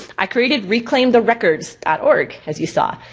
i created reclaimtherecords org, as you saw.